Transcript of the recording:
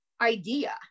idea